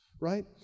Right